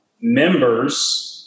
members